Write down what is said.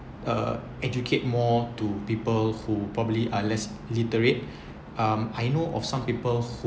uh educate more to people who probably are less literate um I know of some people who